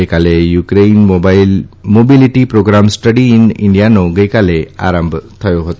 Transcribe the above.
ગઈકાલે UKERI mobility programme study in ઈન્ડિયાનો ગઈકાલે પ્રારંભ થયો હતો